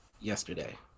yesterday